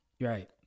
right